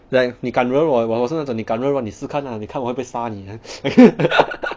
like 你敢惹我我是那种你敢惹我你试看 lah 你看我会不会杀你